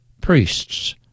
Priests